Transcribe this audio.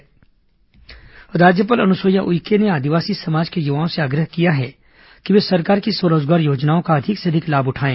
राज्यपाल आदिवासी अधिकार दिवस राज्यपाल अनुसुईया उइके ने आदिवासी समाज के युवाओं से आग्रह किया है कि वे सरकार की स्व रोजगार योजनाओं का अधिक से अधिक लाभ उठाएं